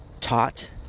taught